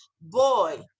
boy